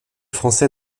français